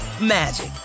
magic